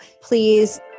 please